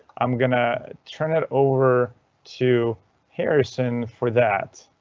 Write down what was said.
i'm going to turn it over to harrison for that.